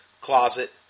Closet